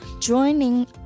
Joining